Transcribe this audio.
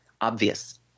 obvious